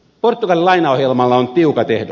portugalin lainaohjelmalla on tiukat ehdot